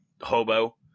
hobo